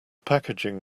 packaging